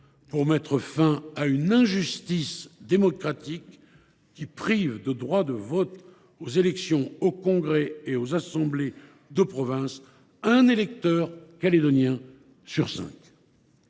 pour mettre fin à une injustice démocratique, qui prive de droit de vote aux élections au congrès et aux assemblées de province un électeur calédonien sur cinq.